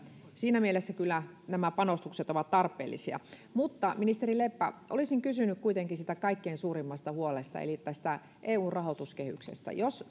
siinä mielessä kyllä nämä panostukset ovat tarpeellisia mutta ministeri leppä olisin kysynyt kuitenkin siitä kaikkein suurimmasta huolesta eli tästä eun rahoituskehyksestä jos